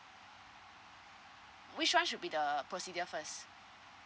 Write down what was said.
which one should be the procedure first